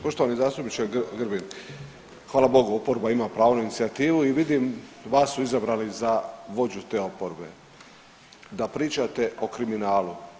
Poštovani zastupniče Grbin, hvala Bogu oporba ima pravo na inicijativu i vidim vas su izbrali za vođu te oporbe da pričate o kriminalu.